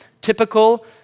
typical